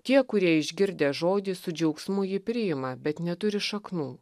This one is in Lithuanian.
tie kurie išgirdę žodį su džiaugsmu jį priima bet neturi šaknų